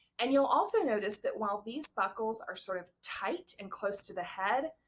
and you'll also notice that while these buckles are sort of tight and close to the head,